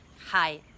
Hi